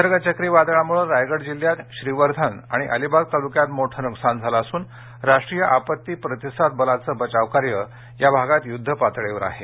निसर्ग चक्री वादळामुळे रायगाड़ जिल्ह्यात श्रीवर्धन आणि अलिबाग तालुक्यात मोठं नुकसान झालं असून राष्ट्रीय आपत्ती प्रतिसाद बलाचं बचावकार्य या भागात युद्धपातळीवर आहे